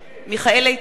מיכאל איתן,